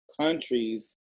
countries